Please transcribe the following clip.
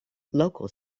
local